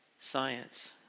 science